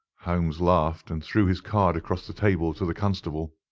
holmes laughed and threw his card across the table to the constable.